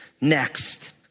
Next